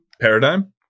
Paradigm